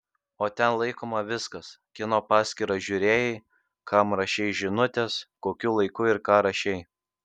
o ten laikoma viskas kieno paskyrą žiūrėjai kam rašei žinutes kokiu laiku ir ką rašei